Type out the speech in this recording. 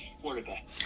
quarterback